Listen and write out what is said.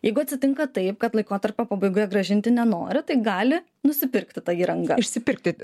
jeigu atsitinka taip kad laikotarpio pabaigoje grąžinti nenori tai gali nusipirkti tą įrangą išsipirkti